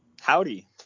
Howdy